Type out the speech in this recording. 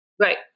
Right